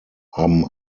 haben